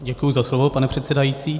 Děkuji za slovo, pane předsedající.